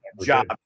job